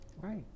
Right